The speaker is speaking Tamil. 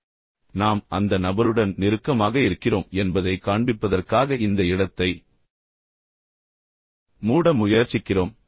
எனவே நாம் அந்த நபருடன் நெருக்கமாக இருக்கிறோம் என்பதைக் காண்பிப்பதற்காக இந்த இடத்தை மூட முயற்சிக்கிறோம்